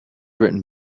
written